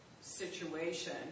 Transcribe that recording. situation